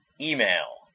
Email